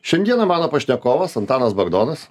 šiandieną mano pašnekovas antanas bagdonas